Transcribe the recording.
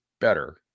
better